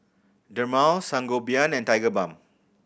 Dermale Sangobion and Tigerbalm